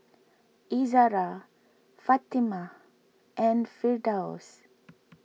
Izzara Fatimah and Firdaus